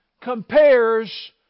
compares